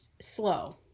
slow